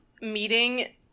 meeting